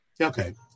Okay